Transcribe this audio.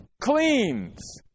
cleans